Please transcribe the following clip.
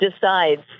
decides